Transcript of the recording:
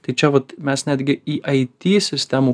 tai čia vat mes netgi į it sistemų